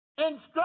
Instruct